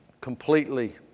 completely